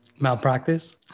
Malpractice